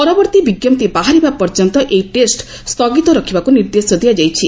ପରବର୍ତ୍ତୀ ବିଙ୍କପ୍ତି ବାହାରିବା ପର୍ଯ୍ୟନ୍ତ ଏହି ଟେଷ୍ଟ ସୁଗିତ ରଖିବାକ ନିର୍ଦ୍ଦେଶ ଦିଆଯାଇଛି